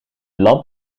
lamp